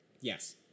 Yes